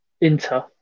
Inter